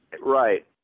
Right